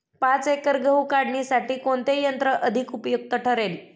पाच एकर गहू काढणीसाठी कोणते यंत्र अधिक उपयुक्त ठरेल?